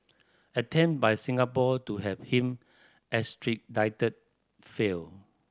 attempt by Singapore to have him extradited failed